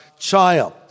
child